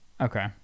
Okay